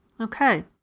Okay